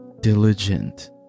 diligent